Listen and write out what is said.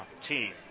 team